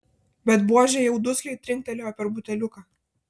bet buožė jau dusliai trinktelėjo per buteliuką